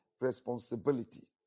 responsibility